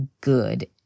good